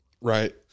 Right